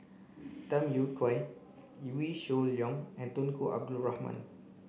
Tham Yui Kai Wee Shoo Leong and Tunku Abdul Rahman